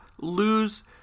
lose